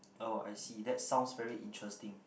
oh I see that sounds very interesting